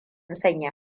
sanya